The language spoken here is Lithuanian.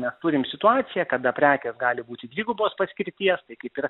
nes turim situaciją kada prekė gali būti dvigubos paskirties tai kaip ir